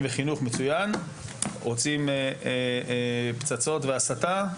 וחינוך מצוין לבין חינוך לפצצות והסתה,